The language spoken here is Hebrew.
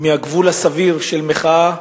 מהגבול הסביר של מחאה